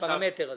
בפרמטר הזה?